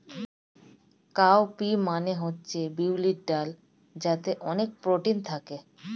cow P মানে হচ্ছে বিউলির ডাল যাতে অনেক প্রোটিন থাকে